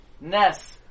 Ness